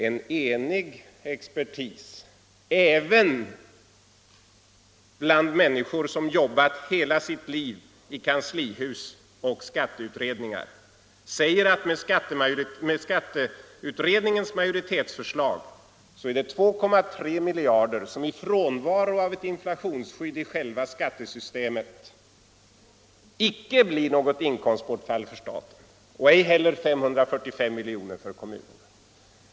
En enig expertis, även bland människor som jobbat hela sitt liv i kanslihus och skatteutredningar, säger att med skatteutredningens majoritetsförslag är det 2,3 miljarder kr. som i frånvaro av ett inflationsskydd i själva skattesystemet icke blir något inkomstbortfall för staten. Detsamma är fallet med 545 milj.kr. för kommunerna.